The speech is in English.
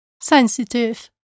Sensitive